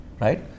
right